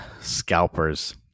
scalpers